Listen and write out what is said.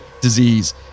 disease